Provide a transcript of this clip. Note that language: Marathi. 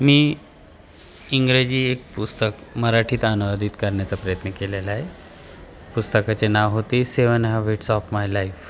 मी इंग्रजी एक पुस्तक मराठीत अनुवादित करण्याचा प्रयत्न केलेला आहे पुस्तकाचे नाव होते seven heavens of my life